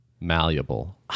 malleable